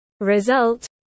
result